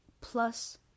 plus